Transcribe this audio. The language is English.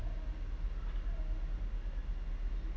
and